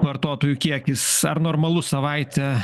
vartotojų kiekis ar normalu savaitę